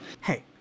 Hey